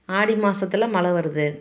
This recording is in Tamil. ஆடி மாதத்துல மழை வருது